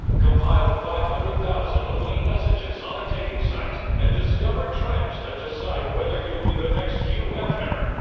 compiled five hundred thousand opening messages on a dating site and discovered trends that decide whether you'll be the next hugh hefner,